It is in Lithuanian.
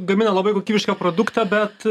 gamina labai kokybišką produktą bet